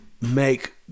make –